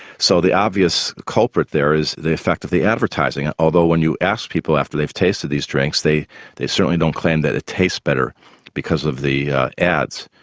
so the obvious culprit there is the effect of the advertising although when you ask people after they've tasted these drinks they they certainly don't claim that they ah taste better because of the ads.